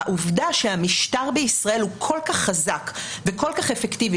והעובדה שהמשטר בישראל הוא כל כך חזק וכל כך אפקטיבי,